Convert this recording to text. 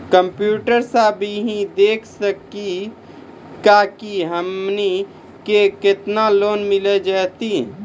Computer सा भी कही देख सकी का की हमनी के केतना लोन मिल जैतिन?